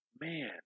man